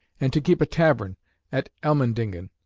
and to keep a tavern at elmendingen,